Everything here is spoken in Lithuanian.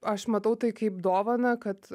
aš matau tai kaip dovaną kad